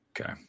Okay